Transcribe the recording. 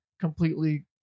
completely